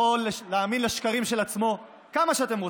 יכולים להאמין לשקרים של עצמם כמה שאתם רוצים.